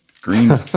Green